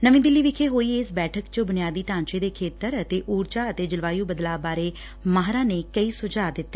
ਨਵੀ ਦਿੱਲੀ ਵਿਖੇ ਹੋਈ ਇਸ ਬੈਠਕ ਵਿਚ ਬੁਨਿਆਦੀ ਢਾਂਚੇ ਦੇ ਖੇਤਰ ਅਤੇ ਉਰਜਾ ਅਤੇ ਜਲਵਾਯੁ ਬਦਲਾਅ ਬਾਰੇ ਮਾਹਿਰਾਂ ਨੇ ਕਈ ਸੁਝਾਅ ਦਿੱਤੇ